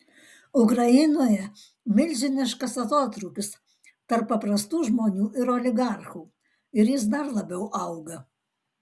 ukrainoje milžiniškas atotrūkis tarp paprastų žmonių ir oligarchų ir jis dar labiau auga